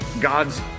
god's